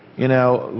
you know,